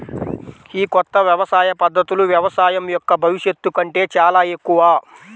ఈ కొత్త వ్యవసాయ పద్ధతులు వ్యవసాయం యొక్క భవిష్యత్తు కంటే చాలా ఎక్కువ